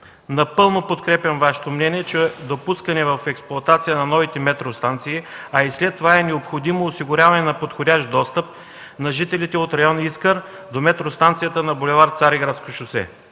Напълно подкрепям Вашето мнение, че до пускане в експлоатация на новите метростанции, а и след това, е необходимо осигуряване на подходящ достъп на жителите от район „Искър” до метростанцията на бул. „Цариградско шосе”.